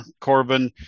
corbin